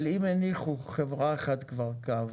אבל אם חברה אחת הניחה כבר קו,